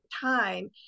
time